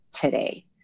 today